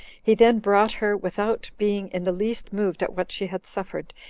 he then brought her, without being in the least moved at what she had suffered,